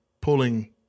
pulling